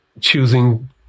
choosing